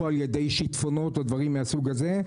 על ידי שיטפונות או דברים מהסוג הזה,